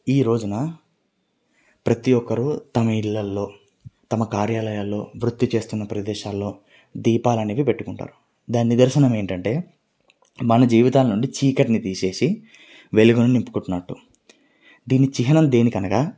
ఈరోజున ప్రతి ఒక్కరు తమ ఇళ్ళల్లో తమ కార్యాలయాల్లో వృత్తి చేస్తున్న ప్రదేశాల్లో దీపాలనేవి పెట్టుకుంటారు దాని నిదర్శనమేంటంటే మన జీవితాల నుండి చీకటిని తీసేసి వెలుగును నింపుకుంటున్నట్టు దీని చిహ్నం దేనికి అనగా